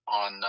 on